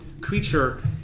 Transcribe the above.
creature